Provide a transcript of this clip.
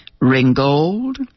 Ringgold